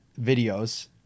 videos